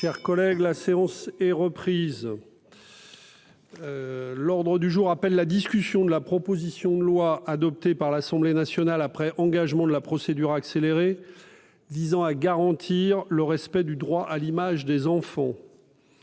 est suspendue. La séance est reprise. L'ordre du jour appelle la discussion de la proposition de loi, adoptée par l'Assemblée nationale après engagement de la procédure accélérée, visant à garantir le respect du droit à l'image des enfants